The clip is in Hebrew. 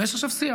ויש עכשיו שיח.